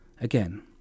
Again